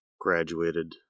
Graduated